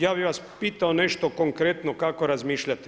Ja bih vas pitao nešto konkretno kako razmišljate.